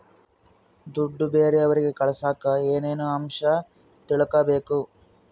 ದುಡ್ಡು ಬೇರೆಯವರಿಗೆ ಕಳಸಾಕ ಏನೇನು ಅಂಶ ತಿಳಕಬೇಕು?